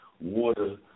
water